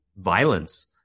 violence